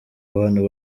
abantu